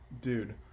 dude